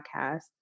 podcast